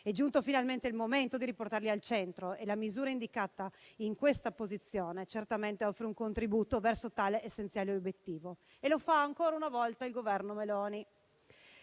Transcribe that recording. È giunto finalmente il momento di riportarli al centro e la misura indicata in questa disposizione certamente offre un contributo verso tale essenziale obiettivo. E lo fa, ancora una volta, il Governo Meloni: